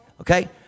Okay